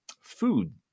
food